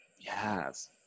Yes